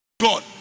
God